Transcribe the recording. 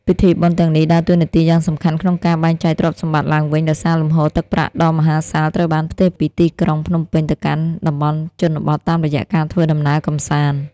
ពិធីបុណ្យទាំងនេះដើរតួនាទីយ៉ាងសំខាន់ក្នុងការបែងចែកទ្រព្យសម្បត្តិឡើងវិញ ដោយសារលំហូរទឹកប្រាក់ដ៏មហាសាលត្រូវបានផ្ទេរពីទីក្រុងភ្នំពេញទៅកាន់តំបន់ជនបទតាមរយៈការធ្វើដំណើរកម្សាន្ត។